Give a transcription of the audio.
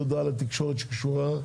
הודעה לתקשורת שקשורה,